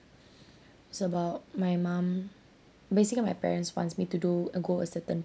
it's about my mum basically my parents wants me to do or go a certain